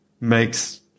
makes